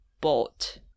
bought